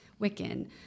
Wiccan